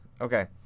okay